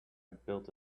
built